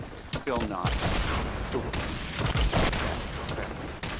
it's still not provable from that perspective,